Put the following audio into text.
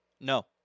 No